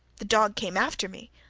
the dog came after me,